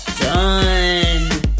done